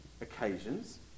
occasions